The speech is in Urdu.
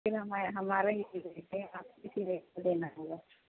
پھر ہمارا ہمارے یہاں سے آپ کو اسی ریٹ پہ لینا ہوگا